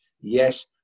Yes